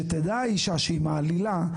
שתדע האישה שכשהיא מעלילה,